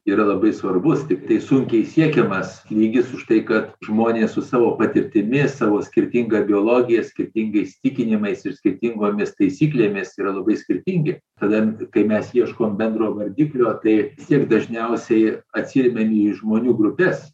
yra labai svarbus tiktai sunkiai siekiamas lygis už tai kad žmonės su savo patirtimi savo skirtinga biologija skirtingais įsitikinimais ir skirtingomis taisyklėmis yra labai skirtingi tada kai mes ieškom bendro vardiklio tai vis tiek dažniausiai atsiremiam į žmonių grupes